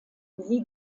sie